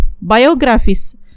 Biographies